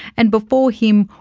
and before him,